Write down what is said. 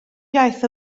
iaith